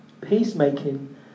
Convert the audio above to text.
Peacemaking